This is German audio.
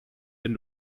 wenn